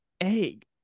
egg